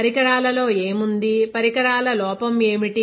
పరికరాలలో ఏముందిపరికరాల లోపల ఏమిటి